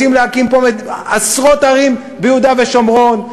רוצים להקים פה עשרות ערים ביהודה ושומרון.